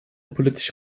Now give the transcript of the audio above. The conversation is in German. politische